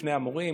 מפני המורים.